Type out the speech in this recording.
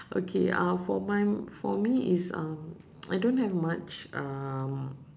okay uh for mine for me it's um I don't have much um